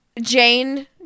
jane